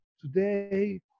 today